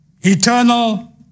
eternal